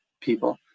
people